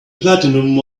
platinum